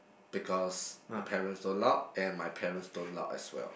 because her parents don't allow and my parents don't allow as well